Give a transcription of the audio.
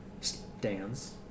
stands